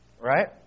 right